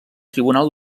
tribunal